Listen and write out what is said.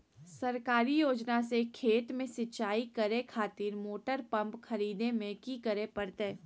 सरकारी योजना से खेत में सिंचाई करे खातिर मोटर पंप खरीदे में की करे परतय?